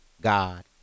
God